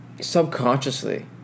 subconsciously